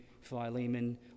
Philemon